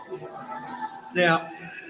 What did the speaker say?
Now